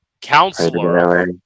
counselor